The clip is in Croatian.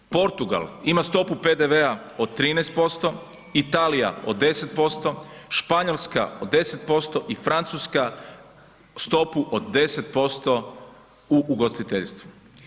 Portugal, ima stopu PDV-a od 13%, Italija od 10%, Španjolska 10% i Francuska stopu od 10% u ugostiteljstvu.